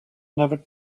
never